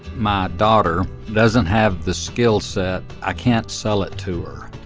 my daughter doesn't have the skill set i can't sell it to her.